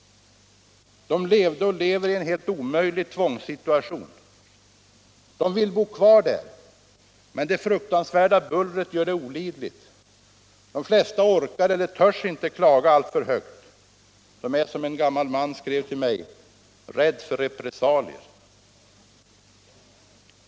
De levde och lever i en helt omöjlig tvångssituation. De vill bo kvar, men det fruktansvärda bullret gör då olidligt. De flesta orkar eller törs inte klaga alltför högt; de är, som en gammal man skrev till mig, rädda för repressalier.